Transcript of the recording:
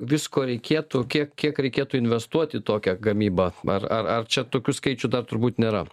visko reikėtų kiek kiek reikėtų investuoti į tokią gamybą ar ar ar čia tokių skaičių dar turbūt nėra